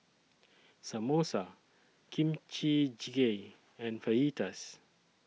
Samosa Kimchi Jjigae and Fajitas